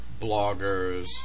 bloggers